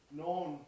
known